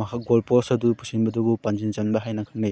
ꯃꯍꯥꯛ goal post ꯑꯗꯨ ꯄꯨꯁꯤꯟꯕꯗꯨꯕꯨ ꯄꯥꯟꯖꯤꯟ ꯆꯟꯕ ꯍꯥꯏꯅ ꯈꯪꯅꯩ